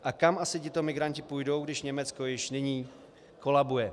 A kam asi tito migranti půjdou, když Německo již nyní kolabuje?